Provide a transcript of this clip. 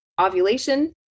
ovulation